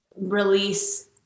release